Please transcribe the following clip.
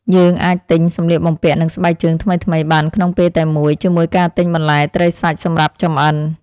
យើងអាចទិញសម្លៀកបំពាក់និងស្បែកជើងថ្មីៗបានក្នុងពេលតែមួយជាមួយការទិញបន្លែត្រីសាច់សម្រាប់ចម្អិន។